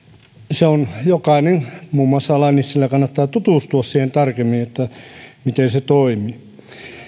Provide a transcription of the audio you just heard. jokaisen muun muassa ala nissilän kannattaa tutustua tarkemmin siihen miten se toimii